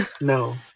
no